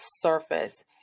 surface